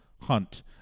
hunt